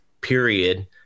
period